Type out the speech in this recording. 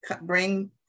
bring